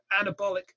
anabolic